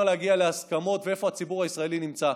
להגיע להסכמות ואיפה הציבור הישראלי נמצא.